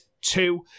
two